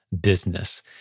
business